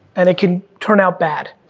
and it can turn out bad.